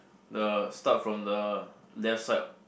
the start from the left side